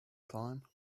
time